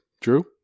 Drew